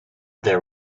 there